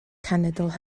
cenedl